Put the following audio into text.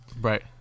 right